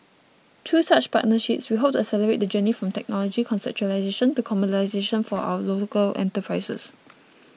through such partnerships we hope to accelerate the journey from technology conceptualisation to commercialisation for our local enterprises